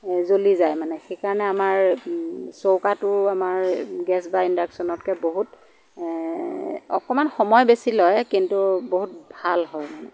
জ্বলি যায় মানে সেইকাৰণে আমাৰ চৌকাটো আমাৰ গেছ বা ইণ্ডাকশ্যনতকৈ বহুত অকণমান সময় বেছি লয় কিন্তু বহুত ভাল হয় মানে